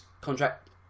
contract